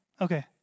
okay